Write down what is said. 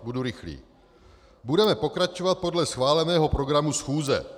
Budu rychlý: Budeme pokračovat podle schváleného programu schůze.